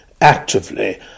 actively